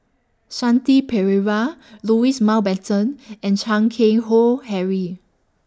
Shanti Pereira Louis Mountbatten and Chan Keng Howe Harry